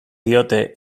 diote